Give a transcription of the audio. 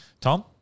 Tom